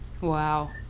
Wow